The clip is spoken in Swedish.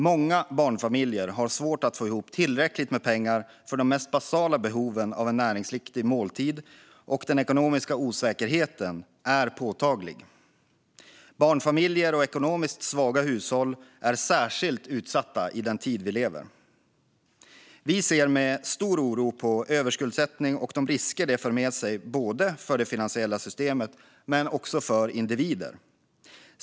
Många barnfamiljer har svårt att få ihop tillräckligt med pengar för de mest basala behoven, såsom näringsriktiga måltider, och den ekonomiska osäkerheten är påtaglig. Barnfamiljer och ekonomiskt svaga hushåll är särskilt utsatta i den tid vi lever i. Vi ser med stor oro på överskuldsättning och de risker det för med sig både för det finansiella systemet och för individer.